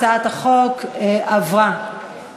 הצעת החוק עברה בקריאה שלישית.